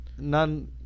none –